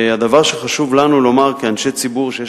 והדבר שחשוב לנו לומר כאנשי ציבור שיש